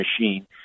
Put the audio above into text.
machine